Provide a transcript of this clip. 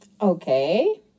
Okay